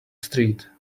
street